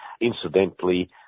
Incidentally